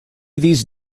these